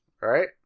Right